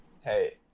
hey